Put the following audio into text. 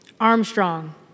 Armstrong